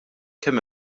kemm